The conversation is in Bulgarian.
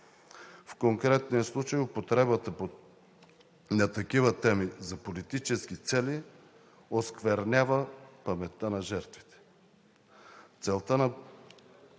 В конкретния случай употребата на такива теми за политически цели осквернява паметта на жертвите. Целта на